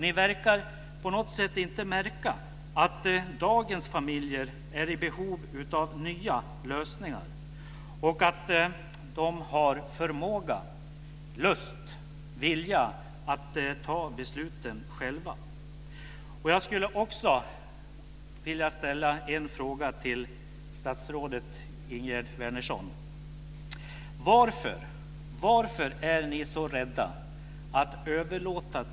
Ni verkar inte märka att dagens familjer är i behov av nya lösningar och att de har vilja, lust och förmåga att själva ta besluten.